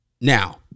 Now